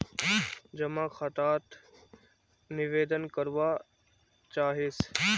जमा खाता त निवेदन करवा चाहीस?